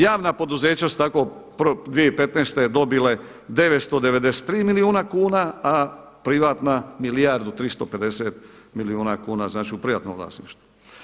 Javna poduzeća su tako 2015. dobile 993 milijuna kuna, a privatna milijardu 350 milijuna kuna znači u privatnom vlasništvu.